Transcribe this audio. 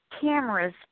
cameras